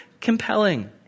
compelling